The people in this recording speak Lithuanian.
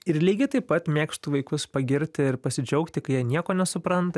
ir lygiai taip pat mėgstu vaikus pagirt ir pasidžiaugti kai jie nieko nesupranta